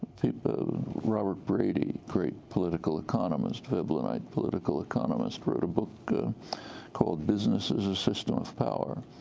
robert brady, great political economist, veblenite political economist, wrote a book called business as a system of power,